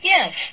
Yes